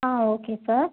ah okay sir